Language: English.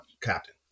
captain